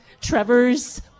Trevor's